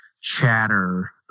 chatter